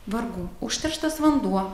vargu užterštas vanduo